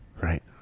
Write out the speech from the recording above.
Right